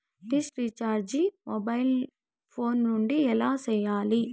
dish recharge mobile phone నుండి ఎలా సేయాలి